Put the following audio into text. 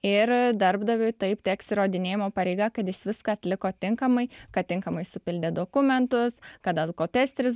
ir darbdaviui taip teks įrodinėjimo pareiga kad jis viską atliko tinkamai kad tinkamai supildė dokumentus kad alkotesteris